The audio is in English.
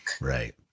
Right